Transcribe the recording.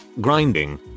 grinding